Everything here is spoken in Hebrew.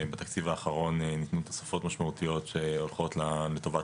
בתקציב האחרון ניתנו תוספות משמעותיות שהולכות לטובת